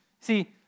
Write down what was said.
See